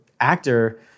actor